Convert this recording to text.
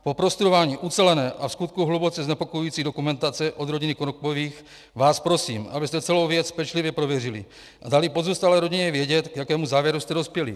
Po prostudování ucelené a vskutku hluboce znepokojující dokumentace od rodiny Konopkových vás prosím, abyste celou věc pečlivě prověřili a dali pozůstalé rodině vědět, k jakému závěru jste dospěli.